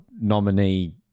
nominee